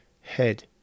head